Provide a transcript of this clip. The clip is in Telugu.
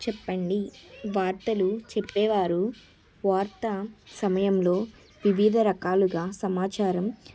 చెప్పండి వార్తలు చెప్పేవారు వార్త సమయంలో వివిధ రకాలుగా సమాచారం